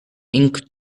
ink